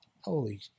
holy